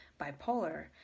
bipolar